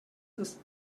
ist